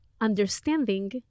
understanding